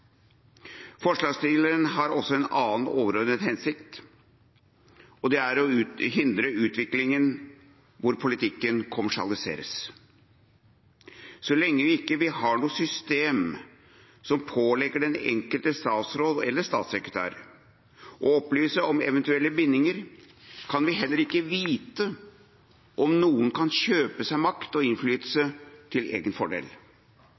Forslagsstillerne har også en annen overordnet hensikt. Det er å hindre utviklinga hvor politikken kommersialiseres. Så lenge vi ikke har noe system som pålegger den enkelte statsråd – eller statssekretær – å opplyse om eventuelle bindinger, kan vi heller ikke vite om noen kan kjøpe seg makt og innflytelse til egen fordel.